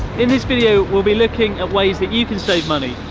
in this video we'll be looking at ways that you can save money,